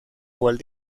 walt